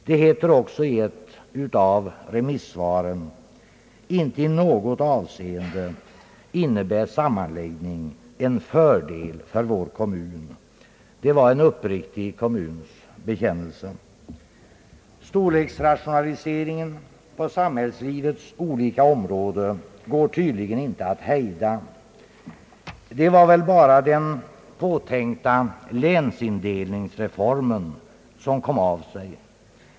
Det heter också i ett remisssvar: »Inte i något avseende innebär sammanläggning en fördel för vår kommun.» Det var en uppriktig kommuns bekännelse. Storleksrationaliseringen på samhällslivets olika områden går tydligen inte att hejda. Det var väl bara den påtänkta länsindelningsreformen som kom av sig.